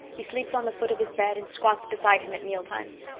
he sleeps on the foot of his bed and squats beside him at meal-times.